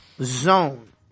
zone